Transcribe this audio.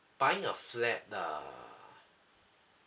buying a flat uh